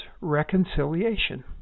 reconciliation